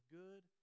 good